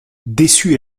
déçue